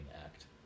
act